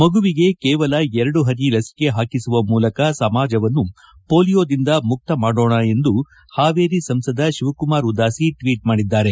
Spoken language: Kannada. ಮಗುವಿಗೆ ಕೇವಲ ಎರಡು ಪನಿ ಲಸಿಕೆ ಹಾಕಿಸುವ ಮೂಲಕ ಸಮಾಜವನ್ನು ಪೋಲಿಯೋದಿಂದ ಮುಕ್ತ ಮಾಡೋಣ ಎಂದು ಹಾವೇರಿ ಸಂಸದ ಶಿವಕುಮಾರ್ ಉದಾಸಿ ಟ್ವೀಟ್ ಮಾಡಿದ್ದಾರೆ